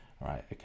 Right